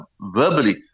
verbally